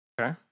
Okay